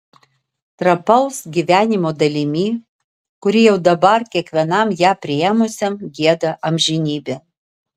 trapaus gyvenimo dalimi kuri jau dabar kiekvienam ją priėmusiam gieda amžinybę